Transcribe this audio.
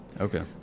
Okay